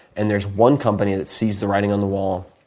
and there's one company that sees the writing on the wall,